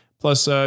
plus